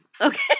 okay